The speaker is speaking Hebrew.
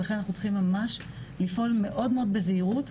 ולכן אנחנו צריכים ממש לפעול מאוד בזהירות.